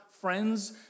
friends